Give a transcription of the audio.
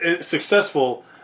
successful